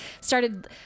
started